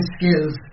skills